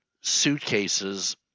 suitcases